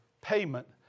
payment